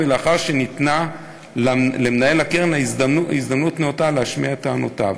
ולאחר שניתנה למנהל הקרן הזדמנות נאותה להשמיע את טענותיו.